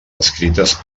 escrites